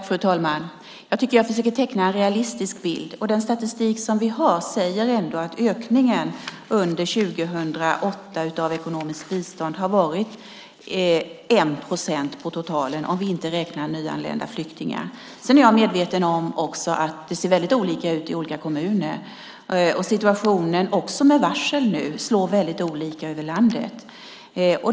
Fru talman! Jag tycker att vi ska försöka teckna en realistisk bild. Den statistik som vi har säger att ökningen av ekonomiskt bistånd under 2008 har varit 1 procent på totalen, om vi inte räknar nyanlända flyktingar. Jag är också medveten om att det ser väldigt olika ut i olika kommuner. Situationen med varsel nu slår väldigt olika över landet.